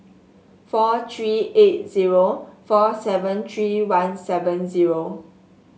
four three eight zero four seven three one seven zero